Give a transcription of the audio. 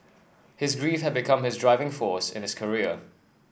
his grief had become his driving force in his career